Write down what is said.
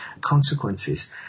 consequences